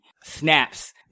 snaps